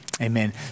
Amen